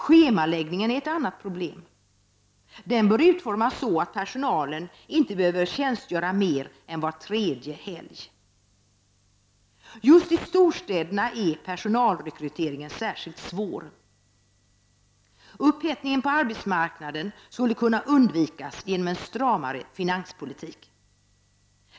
Schemaläggningen är ett annat problem. Den bör utformas så att personalen inte behöver tjänstgöra mer än var tredje helg. Just i storstäderna är personalrekryteringen särskilt svår. Överhettningen på arbetsmarknaden skulle kunna undvikas genom en stramare finanspolitik.